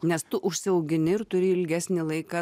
nes tu užsiaugini ir turi ilgesnį laiką